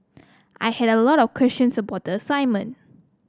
I had a lot of questions about the assignment